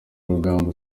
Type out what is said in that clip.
rugamba